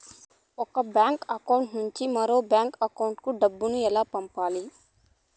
ఒక bank account నుంచి మరొక బ్యాంకు అకౌంట్ కు డబ్బు ఎలా పంపాలి